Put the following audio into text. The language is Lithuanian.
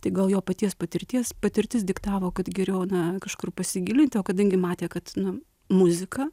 tai gal jo paties patirties patirtis diktavo kad geriau na kažkur pasigilinti o kadangi matė kad nu muzika